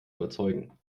überzeugen